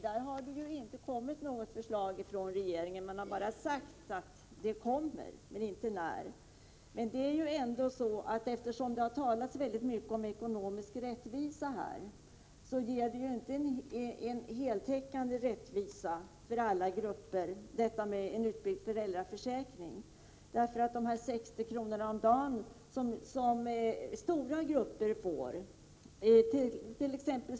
Där har det ju inte kommit något förslag från regeringen — man har sagt att förslaget kommer, men inte när. Det har talats väldigt mycket om ekonomisk rättvisa här, men en utbyggd föräldraförsäkring ger inte full rättvisa för alla grupper. Stora grupper —t.ex.